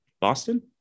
Boston